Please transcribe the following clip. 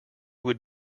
would